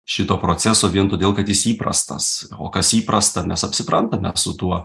šito proceso vien todėl kad jis įprastas o kas įprasta mes apsiprantame su tuo